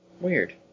Weird